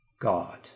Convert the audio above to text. God